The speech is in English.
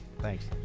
thanks